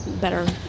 better